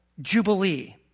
Jubilee